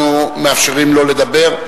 אנחנו מאפשרים לו לדבר.